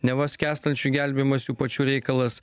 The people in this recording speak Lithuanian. neva skęstančiųjų gelbėjimas jų pačių reikalas